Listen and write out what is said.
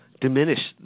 diminish